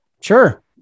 Sure